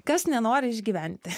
kas nenori išgyventi